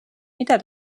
mida